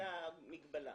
זו המגבלה.